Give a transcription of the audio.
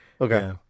Okay